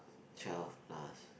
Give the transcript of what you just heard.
twelve plus